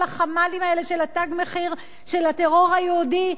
החמ"לים האלה של "תג מחיר" של הטרור היהודי,